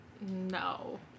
No